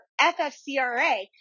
FFCRA